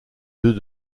deux